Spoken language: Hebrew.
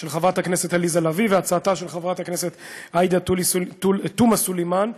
של חברת הכנסת עליזה לביא ושל חברת הכנסת עאידה תומא סלימאן,